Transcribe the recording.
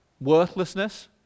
worthlessness